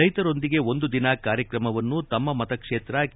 ರೈತರೊಂದಿಗೆ ಒಂದು ದಿನ ಕಾರ್ಯಕ್ರಮವನ್ನು ತಮ್ಮ ಮತಕ್ಷೇತ್ರ ಕೆ